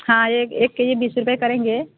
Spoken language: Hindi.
हाँ ऐ एक के यह बीस रुपये करेंगे